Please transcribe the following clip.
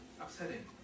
upsetting